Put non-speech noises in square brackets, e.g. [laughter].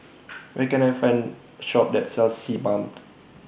[noise] Where Can I Find Shop that sells Sebamed